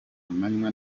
amanywa